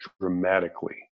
dramatically